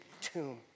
tomb